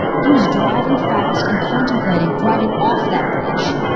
he was driving fast and contemplating driving off that bridge.